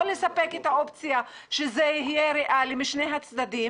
או לספק את האופציה שזה יהיה ריאלי משני הצדדים